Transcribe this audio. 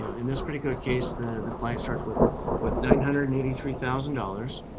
in this particular case, the the client starts with with nine hundred and eighty three thousand dollars.